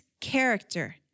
character